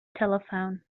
telephone